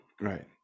right